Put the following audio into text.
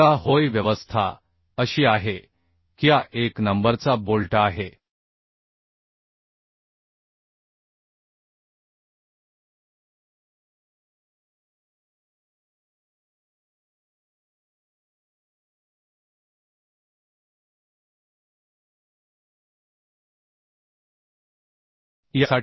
पडदा होय व्यवस्था अशी आहे की हा 1 नंबरचा बोल्ट आहे